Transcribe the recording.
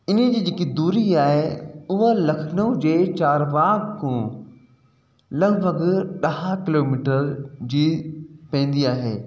इन जी जेकी दूरी आहे उहा लखनऊ जे चारि बाग खां लॻिभॻि ॾह किलोमीटर जी पवंदी आहे